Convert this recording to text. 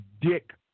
dick